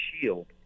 shield